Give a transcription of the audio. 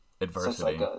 adversity